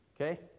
Okay